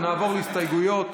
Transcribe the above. ונעבור להסתייגויות